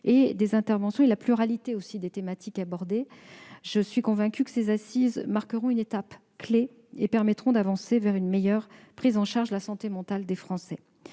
et des interventions, ainsi que par la pluralité des thématiques abordées. Je suis convaincue que ces Assises marqueront une étape clef et permettront d'avancer vers une meilleure prise en charge de la santé mentale des Français.